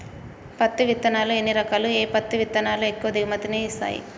పత్తి విత్తనాలు ఎన్ని రకాలు, ఏ పత్తి విత్తనాలు ఎక్కువ దిగుమతి ని ఇస్తాయి?